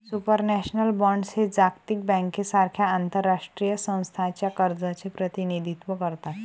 supranational bonds हे जागतिक बँकेसारख्या आंतरराष्ट्रीय संस्थांच्या कर्जाचे प्रतिनिधित्व करतात